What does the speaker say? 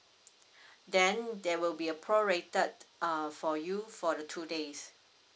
then there will be a prorated uh for you for the two days